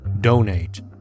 donate